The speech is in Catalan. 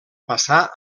passà